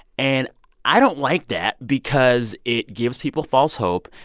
and i don't like that because it gives people false hope.